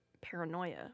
paranoia